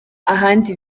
ahandi